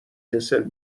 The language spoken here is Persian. کسل